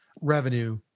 revenue